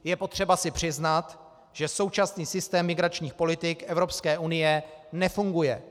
Je potřeba si přiznat, že současný systém migračních politik Evropské unie nefunguje.